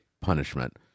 punishment